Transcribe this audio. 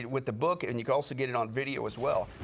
with the book and you can also get it on video as well.